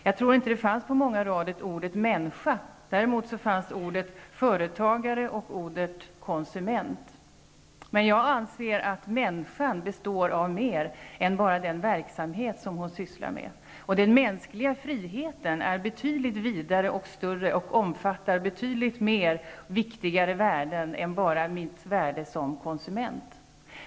Jag tror inte man hade med ordet människa, däremot fanns orden företagare och konsument. Men jag anser att människan består av mer än bara den verksamhet hon sysslar med. Den mänskliga friheten är vida större och mer omfattande. Den omfattar betydligt viktigare värden än bara mitt värde som konsument.